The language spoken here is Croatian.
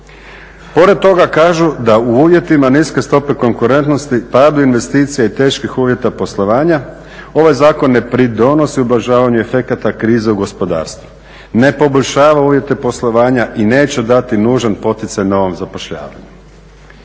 Pored toga kažu da u uvjetima niske stope konkurentnosti, padu investicija i teških uvjeta poslovanja ovaj zakon ne pridonosi ublažavanju efekata krize u gospodarstvu, ne poboljšava uvjete poslovanja i neće dati nužan poticaj novom zapošljavanju.